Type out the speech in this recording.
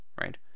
right